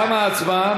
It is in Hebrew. תמה ההצבעה.